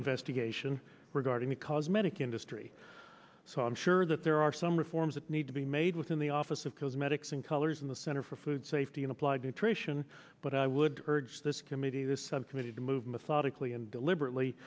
investigation regarding the cosmetic industry so i'm sure that there are some reforms that need to be made within the office of cosmetics and colors in the center for food safety and applied nutrition but i would urge this committee this subcommittee to move methodically and deliberately